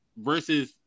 versus